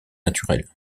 naturelles